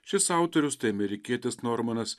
šis autorius tai amerikietis normanas